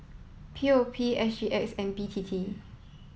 P O P S G X and B T T